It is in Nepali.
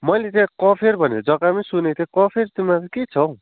मैले त्यहाँ कफेर भन्ने जग्गा पनि सुनेको थिएँ कफेरमा चाहिँ के छ हौ